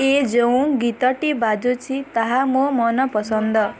ଏ ଯେଉଁ ଗୀତଟି ବାଜୁଛି ତାହା ମୋ ମନ ପସନ୍ଦ